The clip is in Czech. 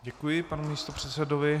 Děkuji panu místopředsedovi.